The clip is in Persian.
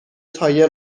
تایر